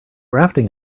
rafting